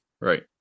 right